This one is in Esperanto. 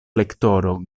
lektoro